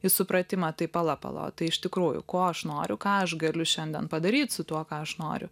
į supratimą tai pala pala o tai iš tikrųjų ko aš noriu ką aš galiu šiandien padaryt su tuo ką aš noriu